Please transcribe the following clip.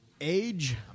Age